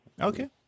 okay